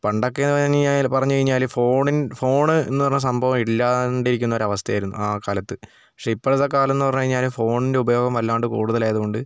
പണ്ടൊക്കെ പറഞ്ഞു കഴിഞ്ഞാൽ ഫോണിൽ ഫോണ് എന്നു പറഞ്ഞ സംഭവം ഇല്ലാണ്ടിരിക്കുന്ന ഒരു അവസ്ഥയായിരുന്നു ആ കാലത്ത് പക്ഷേ ഇപ്പോഴത്തെ കാലം എന്ന് പറഞ്ഞു കഴിഞ്ഞാൽ ഫോണിൻ്റെ ഉപയോഗം വല്ലാണ്ട് കൂടുതലായതുകൊണ്ട്